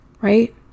right